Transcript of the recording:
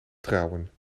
trouwen